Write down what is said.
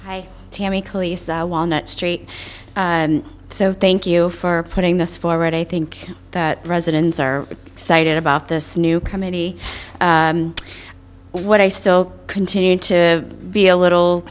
hi tammy cleese walnut street so thank you for putting this forward i think that residents are excited about this new committee what i still continue to be a little